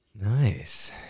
Nice